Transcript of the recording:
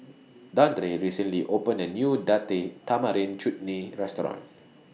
Dandre recently opened A New Date Tamarind Chutney Restaurant